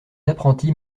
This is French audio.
apprentis